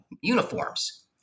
uniforms